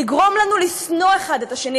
לגרום לנו לשנוא אחד את השני,